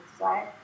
right